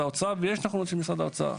האוצר ויש נכונות של משרד האוצר,